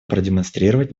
продемонстрировать